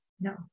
No